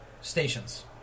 Stations